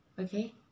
okay